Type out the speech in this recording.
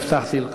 אני מוסיף לך.